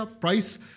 price